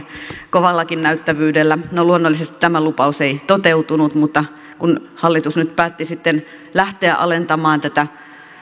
kovallakin näyttävyydellä no luonnollisesti tämä lupaus ei toteutunut mutta kun hallitus nyt päätti sitten lähteä alentamaan tätä